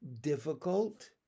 difficult